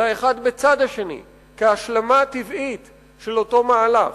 אלא אחד בצד השני, כהשלמה טבעית של אותו מהלך.